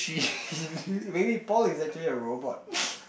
maybe Paul is actually a robot